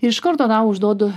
iš karto užduodu